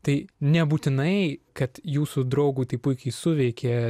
tai nebūtinai kad jūsų draugui tai puikiai suveikė